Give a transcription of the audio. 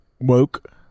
woke